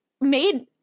made